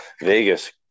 Vegas